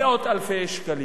מאות אלפי שקלים.